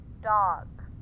dog